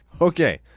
Okay